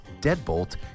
Deadbolt